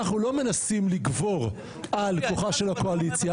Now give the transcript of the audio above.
אנחנו לא מנסים לגבור על כוחה של הקואליציה,